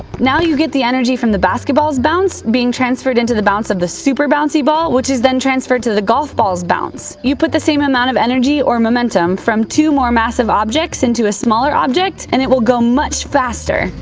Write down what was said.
now, do you get the energy from the basketball's bounce being transferred into the bounce of the super bouncy ball, which is then transferred to the golf ball's bounce. you put the same amount of energy or momentum from two more massive objects into a smaller object, and it will go much faster,